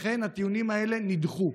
לכן הטיעונים האלה נדחו.